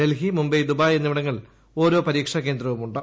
Delhi Mumbai Dubai എന്നിവിടങ്ങളിൽ ഓരോ പരീക്ഷാ കേന്ദ്രവും ഉണ്ട്